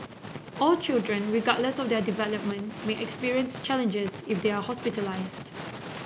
all children regardless of their development may experience challenges if they are hospitalised